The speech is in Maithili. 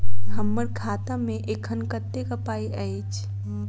हम्मर खाता मे एखन कतेक पाई अछि?